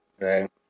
right